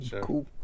cool